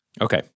Okay